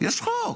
יש חוק,